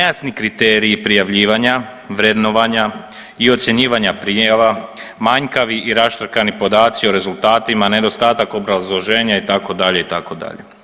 Jasni kriteriji prijavljivanja, vrednovanja i ocjenjivanja prijava, manjkavi i raštrkani podaci o rezultatima, nedostatak obrazloženja, itd., itd.